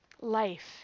life